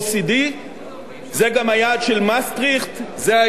זה גם היעד של מסטריכט, זה היעד החדש באירופה.